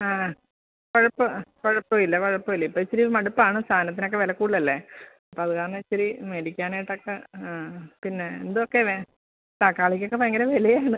ആ കുഴപ്പം കുഴപ്പമില്ല കുഴപ്പമില്ല ഇപ്പം ഇത്തിരി മടുപ്പാണ് സാധനത്തിനൊക്കെ വിലക്കൂടുതൽ അല്ലേ അപ്പം അത് കാരണം ഇത്തിരി മേടിക്കാനായിട്ടൊക്കെ ആ പിന്നെ എന്തോക്കെ വെ തക്കാളിക്കൊക്കെ ഭയങ്കര വിലയാണ്